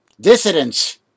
dissidents